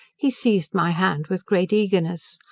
he seized my hand with great eagerness,